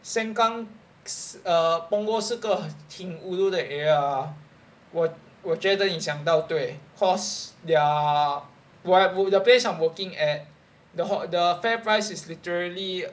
sengkang err punggol 是个挺 ulu 的 area ah 我我觉得你讲到对 cause they are whe~ the place I'm working at the the Fairprice is literally